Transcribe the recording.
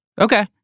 Okay